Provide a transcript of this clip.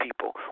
people